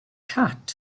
cat